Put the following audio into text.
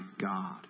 God